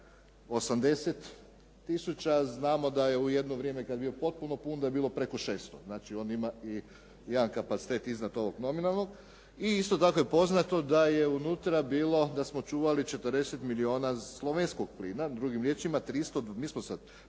580 tisuća. Znamo da je u jedno vrijeme kad je bio potpuno pun da je bilo preko 600, znači on ima i jedan kapacitet iznad ovog nominalnog. I isto tako je poznato da je unutra bilo, da smo čuvali 40 milijuna slovenskog plina, drugim riječima mi smo